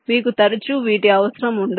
మీకు తరచూ వీటి అవసరం ఉండదు